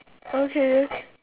okay